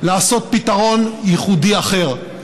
לעשות פתרון ייחודי אחר.